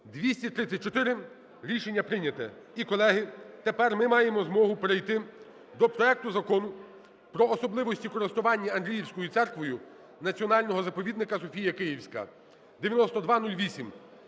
За-234 Рішення прийнято. І, колеги, тепер ми маємо змогу перейти до проекту Закону про особливості користування Андріївською церквою Національного заповідника "Софія Київська" (9208).